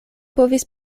povis